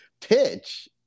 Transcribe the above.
pitch